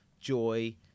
joy